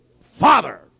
father